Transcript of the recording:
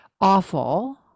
awful